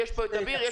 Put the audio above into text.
יש פה את אביר קארה,